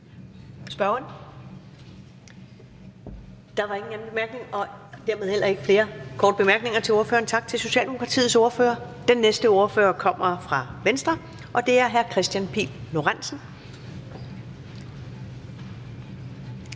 Ellemann): Der var ingen anden kort bemærkning og dermed heller ikke flere korte bemærkninger til ordføreren. Tak til Socialdemokratiets ordfører. Den næste ordfører kommer fra Venstre, og det er hr. Kristian Pihl Lorentzen.